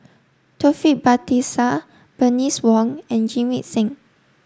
Taufik Batisah Bernice Wong and Jamit Singh